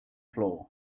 floor